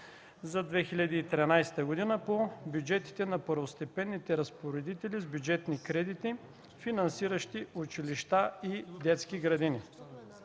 за 2013 г. по бюджетите на първостепенните разпоредители с бюджетни кредити, финансиращи училища и детски градини.